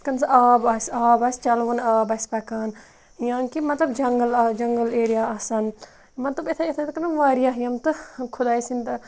تٔمِس آب آسہِ آب آسہِ چَلوُن آب آسہِ پَکان یا کہِ مطلب جنٛگَل جنٛگَل ایریا آسَن مطلب اِتھے اِتھے کٔنۍ واریاہ یِم تہٕ خۄداے سٕنٛدۍ